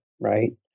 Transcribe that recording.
right